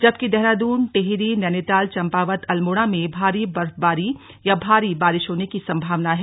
जबकि देहरादून टिहरी नैनीताल चंपावत अल्मोड़ा में भारी बर्फबारी या भारी बारिश होने की संभावना है